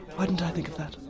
why didn't i think of that?